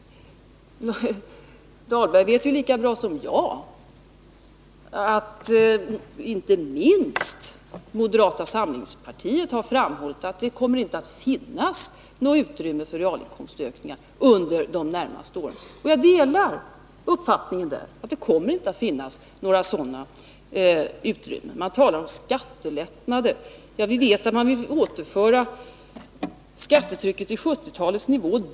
Rolf Dahlberg vet lika bra som jag att inte minst moderata samlingspartiet har framhållit att det inte kommer att finnas något utrymme för realinkomstökningar under de närmaste åren. Och jag delar den uppfattningen — det kommer inte att finnas något sådant utrymme. Man talar om skattelättnader. Ja, vi vet att moderaterna vill återföra skattetrycket till 1970-talets nivå.